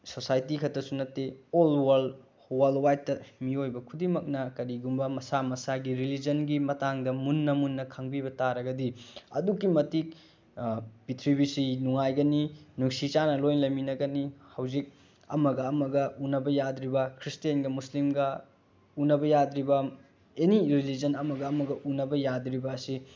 society ꯈꯛꯇꯁꯨ ꯅꯠꯇꯦ all world world ꯋꯥꯏꯠꯇ ꯃꯤꯑꯣꯏꯕ ꯈꯨꯗꯤꯡꯃꯛꯅ ꯀꯔꯤꯒꯨꯝꯕ ꯃꯁꯥ ꯃꯁꯥꯒꯤ ꯔꯤꯂꯤꯖꯟꯒꯤ ꯃꯇꯥꯡꯗ ꯃꯨꯟꯅ ꯃꯨꯟꯅ ꯈꯪꯕꯤꯕ ꯇꯥꯔꯒꯗꯤ ꯑꯗꯨꯛꯀꯤ ꯃꯇꯤꯛ ꯄ꯭ꯔꯤꯊꯤꯕꯤꯁꯤ ꯅꯨꯡꯉꯥꯏꯒꯅꯤ ꯅꯨꯡꯁꯤ ꯆꯥꯟꯅꯅ ꯂꯣꯏ ꯂꯩꯃꯤꯟꯅꯒꯅꯤ ꯍꯧꯖꯤꯛ ꯑꯃꯒ ꯑꯃꯒ ꯎꯅꯕ ꯌꯥꯗ꯭ꯔꯤꯕ ꯈ꯭ꯔꯤꯁꯇꯦꯟꯒ ꯃꯨꯁꯂꯤꯝꯒ ꯎꯅꯕ ꯌꯥꯗ꯭ꯔꯤꯕ ꯑꯦꯅꯤ ꯔꯤꯂꯤꯖꯟ ꯑꯃꯒ ꯑꯃꯒ ꯎꯅꯕ ꯌꯥꯗ꯭ꯔꯤꯕ ꯑꯁꯤ